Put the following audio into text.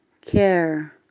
care